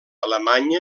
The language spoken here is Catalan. alemanya